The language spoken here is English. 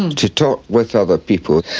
and to talk with other people.